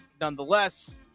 nonetheless